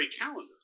calendar